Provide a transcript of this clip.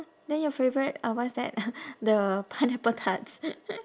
then your favourite uh what's that uh the pineapple tarts